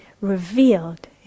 revealed